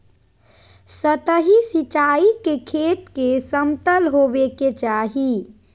सतही सिंचाई के खेत के समतल होवे के चाही